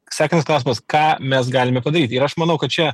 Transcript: sekantis klausimas ką mes galime padaryt ir aš manau kad čia